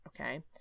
Okay